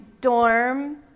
dorm